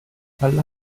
alla